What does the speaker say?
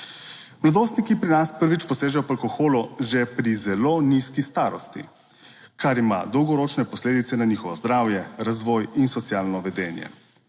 Mladostniki pri nas prvič posežejo po alkoholu že pri zelo nizki starosti, kar ima dolgoročne posledice na njihovo zdravje, razvoj in socialno vedenje.